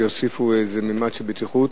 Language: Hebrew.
שיוסיפו איזה ממד של בטיחות,